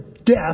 death